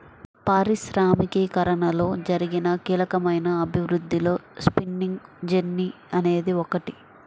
పారిశ్రామికీకరణలో జరిగిన కీలకమైన అభివృద్ధిలో స్పిన్నింగ్ జెన్నీ అనేది ఒకటి